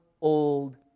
old